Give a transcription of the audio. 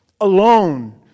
alone